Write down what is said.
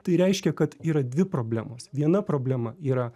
tai reiškia kad yra dvi problemos viena problema yra